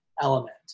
element